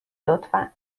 لطفا